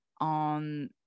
on